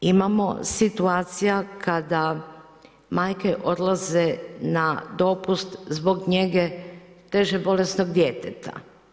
Imamo situacija kada majke odlaze na dopust zbog njege teže bolesnog djeteta.